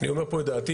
אני אומר פה את דעתי,